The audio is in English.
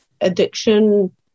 addiction